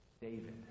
David